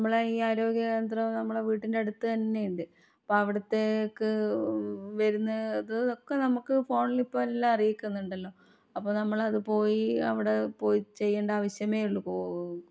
നമ്മളെ ഈ ആരോഗ്യകേന്ദ്രം നമ്മളെ വീട്ടിൻ്റെ അടുത്ത് തന്നെയുണ്ട് അപ്പോൾ അവിടുത്തേക്ക് വരുന്നത് ഒക്കെ നമുക്ക് ഫോണിലിപ്പോൾ എല്ലാം അറിയിക്കുന്നുണ്ടല്ലോ അപ്പോൾ നമ്മളത് പോയി അവിടെ പോയി ചെയ്യേണ്ട ആവശ്യമേ ഉള്ളൂ പോ